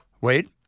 Wait